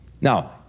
Now